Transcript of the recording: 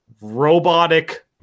robotic